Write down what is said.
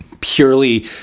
purely